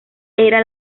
era